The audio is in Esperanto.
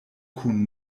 kun